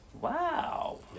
Wow